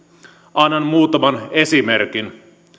annan muutaman esimerkin